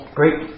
great